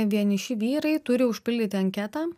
vieniši vyrai turi užpildyt anketą